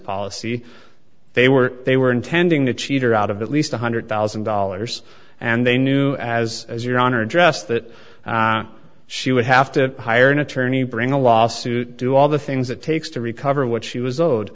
policy they were they were intending to cheat her out of at least one hundred thousand dollars and they knew as as your honor dress that she would have to hire an attorney bring a lawsuit do all the things it takes to recover what she was o